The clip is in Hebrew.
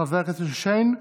חבר הכנסת שיין,